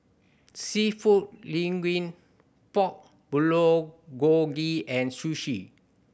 Seafood Linguine Pork Bulgogi and Sushi